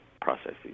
processes